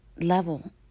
level